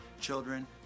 children